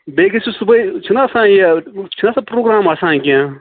بیٚیہِ گَژھِ سُہ صُبحاے چھُ نا آسان یہِ چھُ نا سُہ پرٛوگرام آسان کیٚنٛہہ